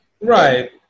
Right